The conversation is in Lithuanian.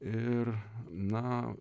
ir na